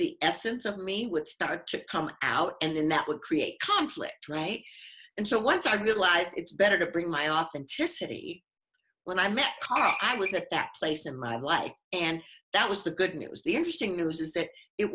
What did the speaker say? the essence of me would start to come out and then that would create conflict right and so once i realized it's better to bring my authenticity when i met carl i was at that place in my life and that was the good news the interesting news is that it